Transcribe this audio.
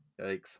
Yikes